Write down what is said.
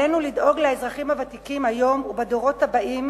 עלינו לדאוג לאזרחים הוותיקים היום ובדורות הבאים,